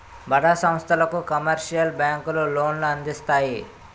బడా సంస్థలకు కమర్షియల్ బ్యాంకులు లోన్లు అందిస్తాయి